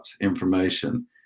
information